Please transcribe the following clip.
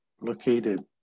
located